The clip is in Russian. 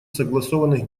согласованных